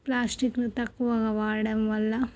ప్లాస్టిక్ను తక్కువగా వాడడం వల్ల